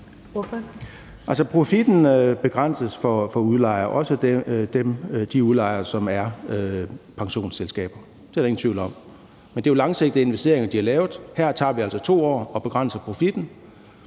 (EL): Profitten begrænses for udlejere, også de udlejere, som er pensionsselskaber. Det er der ingen tvivl om. Det er jo langsigtede investeringer, de har lavet, men her tager vi altså og begrænser profitten